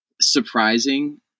surprising